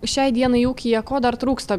šiai dienai ūkyje ko dar trūksta